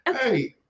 Hey